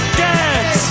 get